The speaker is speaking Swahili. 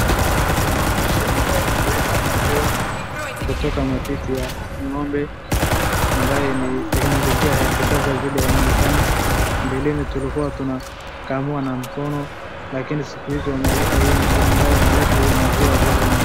Hapo tunaona mashini ambayo inaleta maziwa kutoka matiti ya ng'ombe na ambaye ni teknolojia yake, sasa vile inaonekana, mbeleni tulikuwa tunakamua na mkono lakini siku hizi wameleta hii mashini ambayo inaleta hii maziwa vile inaonekana.